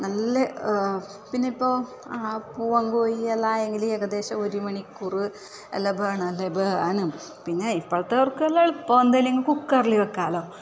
നല്ല പിന്നെ ഇപ്പോൾ ആ പൂവങ്കോഴി എല്ലാം ആയെങ്കില് ഏകദേശം ഒരു മണിക്കൂറ് എല്ലാം വേണം വേകാനും പിന്നെ ഇപ്പോളത്തെ അവർക്കെല്ലാം ഇപ്പം എന്തായാലും കുക്കറില് വെക്കാലോ